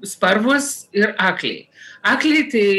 sparvos ir akliai akliai tai